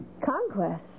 Conquest